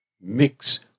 mix